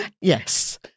yes